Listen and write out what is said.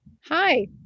Hi